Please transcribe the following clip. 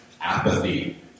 apathy